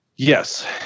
Yes